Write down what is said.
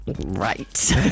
Right